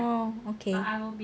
oh okay